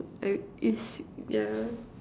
uh is yeah